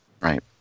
Right